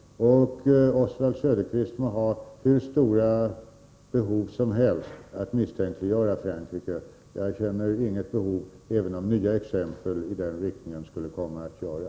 Oswald Söderqvist må ha hur stora behov som helst att misstänkliggöra Frankrike. Jag känner inget behov, även om nya exempel i den riktningen skulle komma.